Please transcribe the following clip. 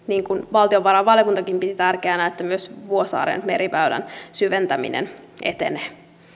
niin kuin valtiovarainvaliokuntakin piti tärkeänä että myös vuosaaren meriväylän syventäminen etenee